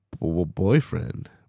boyfriend